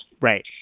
right